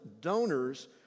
donors